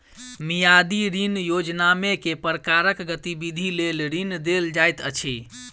मियादी ऋण योजनामे केँ प्रकारक गतिविधि लेल ऋण देल जाइत अछि